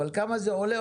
אבל כמה זה עולה,